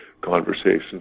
conversations